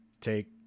take